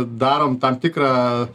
darom tam tikrą